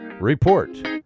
Report